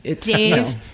Dave